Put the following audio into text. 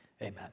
amen